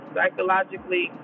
Psychologically